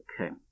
Okay